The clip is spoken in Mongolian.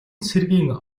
цэргийн